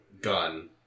gun